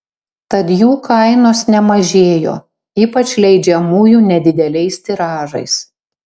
tad jų kainos nemažėjo ypač leidžiamųjų nedideliais tiražais